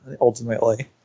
ultimately